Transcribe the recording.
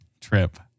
trip